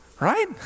right